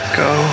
go